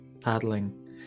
paddling